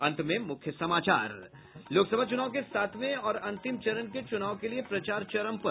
और अब अंत में मुख्य समाचार लोकसभा चुनाव के सातवें और अंतिम चरण के चुनाव के लिए प्रचार चरम पर